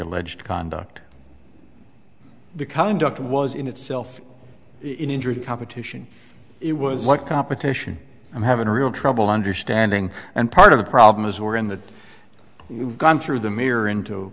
alleged conduct the conduct was in itself in injury to competition it was like competition i'm having real trouble understanding and part of the problem is we're in that we've gone through the mirror into